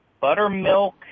Buttermilk